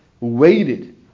waited